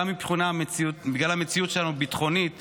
גם בגלל המציאות הביטחונית שלנו,